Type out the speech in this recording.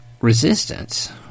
Resistance